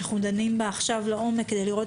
שאנחנו דנים בה עכשיו לעומק כדי לראות